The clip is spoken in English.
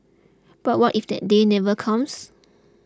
but what if that day never comes